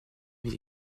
mais